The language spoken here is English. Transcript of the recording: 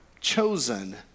chosen